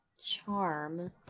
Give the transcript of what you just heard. charm